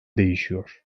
değişiyor